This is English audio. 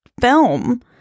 film